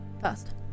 first